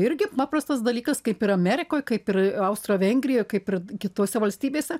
irgi paprastas dalykas kaip ir amerikoj kaip ir austro vengrijoj kaip ir kitose valstybėse